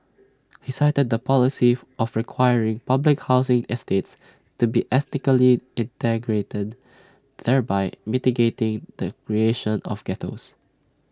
he cited the policy of requiring public housing estates to be ethnically integrated thereby mitigating the creation of ghettos